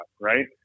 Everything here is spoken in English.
right